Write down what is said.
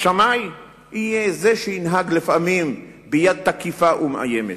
שמאי יהיה זה שינהג לפעמים ביד תקיפה ומאיימת.